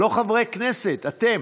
לא חברי הכנסת, אתם.